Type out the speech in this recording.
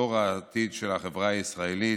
דור העתיד של החברה הישראלית.